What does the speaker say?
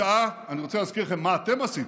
בשעה, אני רוצה להזכיר לכם מה אתם עשיתם: